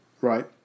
Right